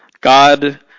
God